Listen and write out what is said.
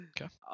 okay